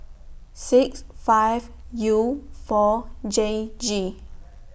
six five U four J G